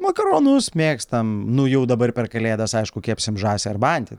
makaronus mėgstam nu jau dabar per kalėdas aišku kepsim žąsį arba antį